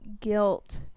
guilt